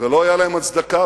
ולא היתה להם הצדקה.